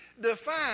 define